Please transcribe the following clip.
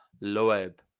Loeb